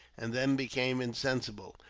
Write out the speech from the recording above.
and then became insensible.